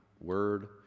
word